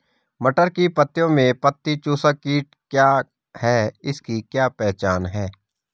मटर की पत्तियों में पत्ती चूसक कीट क्या है इसकी क्या पहचान है?